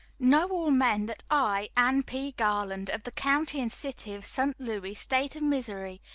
know all men that i, anne p. garland, of the county and city of st. louis, state of missouri,